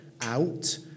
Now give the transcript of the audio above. out